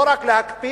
לא רק להקפיא,